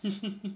hahaha